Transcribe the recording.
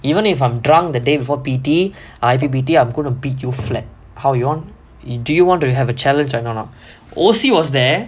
even if I'm drunk the day for P_T I_P_P_T I'm gonna beat you flat how do you want to have a challenge or not O_C was there